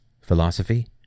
philosophy